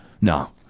No